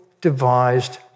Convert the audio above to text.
devised